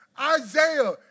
Isaiah